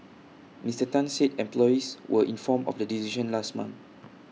Mister Tan said employees were inform of the decision last month